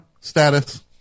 status